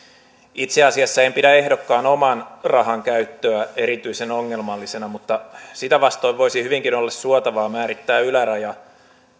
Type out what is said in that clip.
itse asiassa en pidä ehdokkaan oman rahan käyttöä erityisen ongelmallisena mutta sitä vastoin voisi hyvinkin olla suotavaa määrittää yläraja